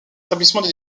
établissements